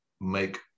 make